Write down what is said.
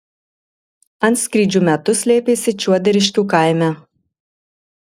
antskrydžių metu slėpėsi čiuoderiškių kaime